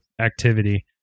activity